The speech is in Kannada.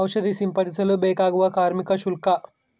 ಔಷಧಿ ಸಿಂಪಡಿಸಲು ಬೇಕಾಗುವ ಕಾರ್ಮಿಕ ಶುಲ್ಕ?